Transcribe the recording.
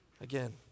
again